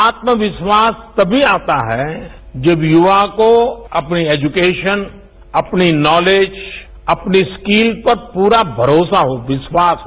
आत्मविश्वास तभी आता है जब युवा को अपनी एजुकेशन अपनी नॉलेज अपनी स्किल पर प्ररा भरोसा हो विश्वास हो